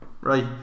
Right